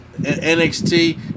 NXT